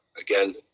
again